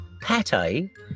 Pate